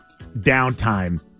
Downtime